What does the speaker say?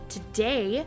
Today